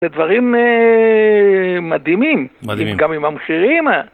זה דברים מדהימים, גם עם המחירים.